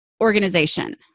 organization